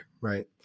right